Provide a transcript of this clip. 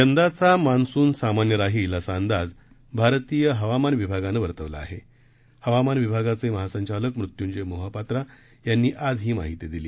यंदाचा मान्सून सामान्य राहील असा अंदाज भारतीय हवामान विभागानं वर्तवला आहा ब्रिवामान विभागाचमिहासंचालक मृत्यूंजय मोहपात्रा यांनी आज ही माहिती दिली